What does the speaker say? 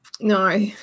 No